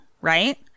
right